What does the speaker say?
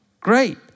great